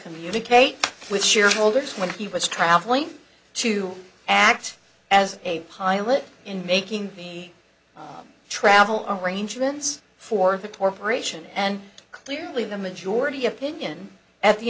communicate with shareholders when he was traveling to act as a pilot in making travel arrangements for the torpor ation and clearly the majority opinion at the